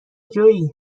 جویی